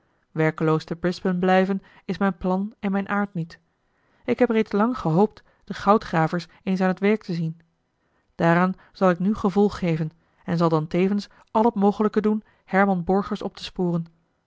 werkeloos te brisbane blijven is mijn plan en mijn aard niet ik heb reeds lang gehoopt de goudgravers eens aan t werk te zien daaraan zal ik nu gevolg geven en zal dan tevens al het mogelijke doen herman borgers op te sporen